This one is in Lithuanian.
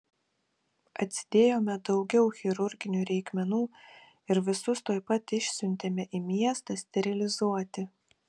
atsidėjome daugiau chirurginių reikmenų ir visus tuoj pat išsiuntėme į miestą sterilizuoti